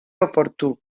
oportú